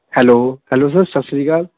hello hello sir ਸਤਿ ਸ਼੍ਰੀ ਅਕਾਲ